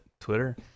Twitter